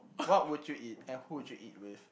what would you eat and who would you eat with